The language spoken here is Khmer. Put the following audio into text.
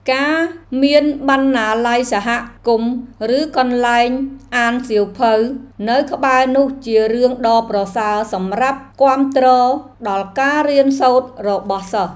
ការមានបណ្ណាល័យសហគមន៍ឬកន្លែងអានសៀវភៅនៅក្បែរនោះជារឿងដ៏ប្រសើរសម្រាប់គាំទ្រដល់ការរៀនសូត្ររបស់សិស្ស។